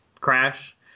crash